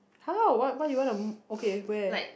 how what what you wanna okay where